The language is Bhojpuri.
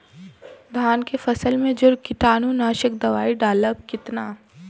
धान के फसल मे जो कीटानु नाशक दवाई डालब कितना?